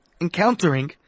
encountering